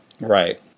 Right